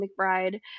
McBride